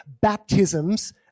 baptisms